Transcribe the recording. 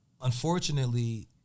unfortunately